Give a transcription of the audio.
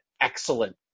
excellent